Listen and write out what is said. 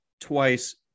twice